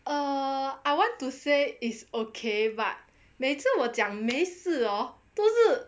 err I want to say is okay but 每次我讲没事哦都是